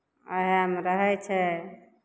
उएहमे रहै छै